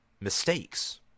mistakes